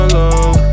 love